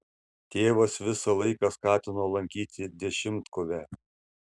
tėvas visą laiką skatino lankyti dešimtkovę